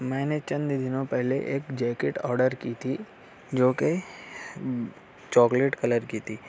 میں نے چند دنوں پہلے ایک جیکٹ آڈر کی تھی جو کہ چاکلیٹ کلر کی تھی